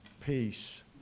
peace